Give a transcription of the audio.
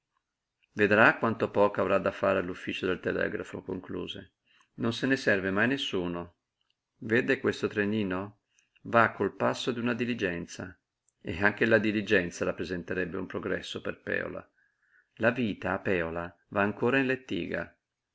vedrà quanto poco avrà da fare all'ufficio del telegrafo concluse non se ne serve mai nessuno vede questo trenino va col passo d'una diligenza e anche la diligenza rappresenterebbe un progresso per pèola la vita a pèola va ancora in lettiga